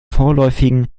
vorläufigen